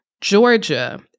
Georgia